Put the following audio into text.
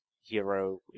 Hero